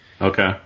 Okay